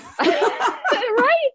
Right